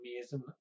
amazing